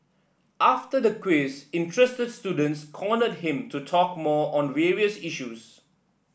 after the quiz interested students cornered him to talk more on various issues